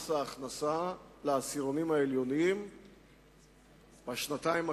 ההכנסה לעשירונים העליונים בשנתיים הקרובות,